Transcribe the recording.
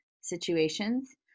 situations